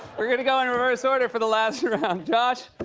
we're gonna go in reverse order for the last round. josh,